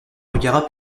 regard